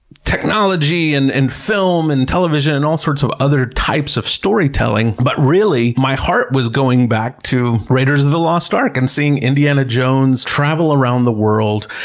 technology, and and film and television, and all sorts of other types of storytelling. but really my heart was going back to raiders of the lost ark, and seeing indiana jones travel around the world,